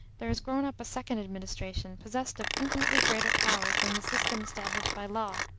there has grown up a second administration possessed of infinitely greater powers than the system established by law.